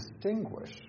distinguish